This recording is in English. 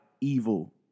evil